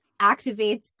activates